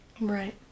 right